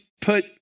put